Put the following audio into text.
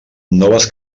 noves